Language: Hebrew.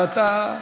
ואתה,